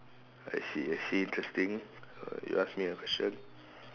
I see I see interesting uh you ask me a question